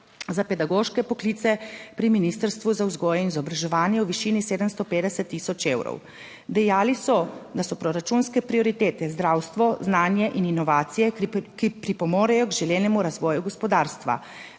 za pedagoške poklice pri Ministrstvu za vzgojo in izobraževanje v višini 750000 evrov. Dejali so, da so proračunske prioritete zdravstvo, znanje in inovacije, ki pripomorejo k želenemu razvoju gospodarstva.